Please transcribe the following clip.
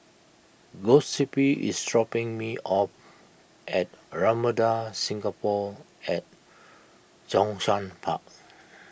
Giuseppe is dropping me off at Ramada Singapore at Zhongshan Park